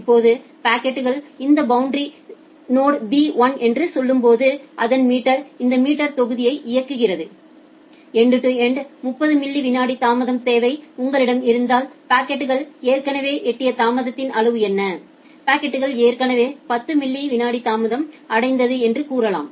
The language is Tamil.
இப்போது பாக்கெட்கள் இந்த பௌண்டரி நோட்ஸ்க்குB 1 என்று சொல்லும்போது அதன் மீட்டர் இந்த மீட்டர் தொகுதியை இயக்குகிறது end to end to end 30 மில்லி விநாடி தாமதத் தேவை உங்களிடம் இருந்தால் பாக்கெட்கள் ஏற்கனவே எட்டிய தாமதத்தின் அளவு என்ன பாக்கெட்கள் ஏற்கனவே 10 மில்லி விநாடி தாமதம் அடைந்தது என்று கூறலாம்